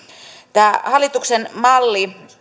tämä hallituksen malli